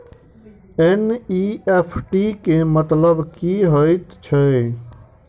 NEFT केँ मतलब की हएत छै?